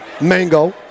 mango